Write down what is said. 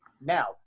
Now